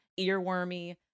earwormy